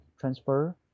transfer